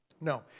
No